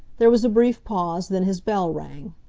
there was a brief pause, then his bell rang.